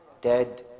dead